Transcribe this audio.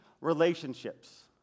relationships